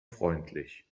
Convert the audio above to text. freundlich